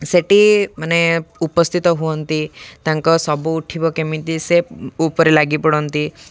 ସେଠି ମାନେ ଉପସ୍ଥିତ ହୁଅନ୍ତି ତାଙ୍କ ସବୁ ଉଠିବ କେମିତି ସେ ଉପରେ ଲାଗି ପଡ଼ନ୍ତି